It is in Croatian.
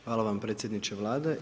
Hvala vam predsjedniče Vlade.